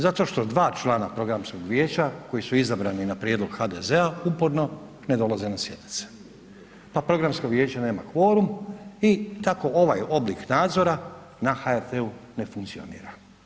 Zato što dva člana Programskog vijeća koji su izabrani na prijedlog HDZ-a uporno ne dolaze na sjednice pa Programsko vijeće nema kvorum i tako ovaj oblik nadzora na HRT-u ne funkcionira.